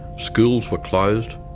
schools were closed,